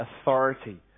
authority